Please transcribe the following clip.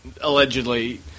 allegedly